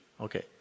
Okay